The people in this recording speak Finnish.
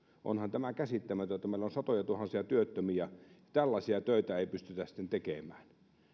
onhan tämä käsittämätöntä että meillä on satojatuhansia työttömiä eikä tällaisia töitä pystytä tekemään